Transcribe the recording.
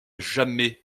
jamais